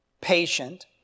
patient